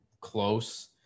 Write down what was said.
close